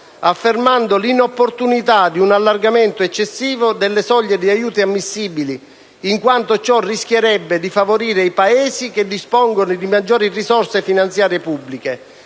affermando l'inopportunità di un allargamento eccessivo delle soglie di aiuti ammissibili, in quanto ciò rischierebbe di favorire i Paesi che dispongono di maggiori risorse finanziarie pubbliche.